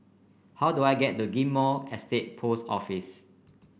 how do I get to Ghim Moh Estate Post Office